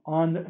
on